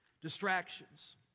Distractions